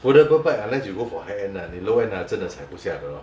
foldable bike unless you go for high end ah 你 low end ah 真的踩不下的 lor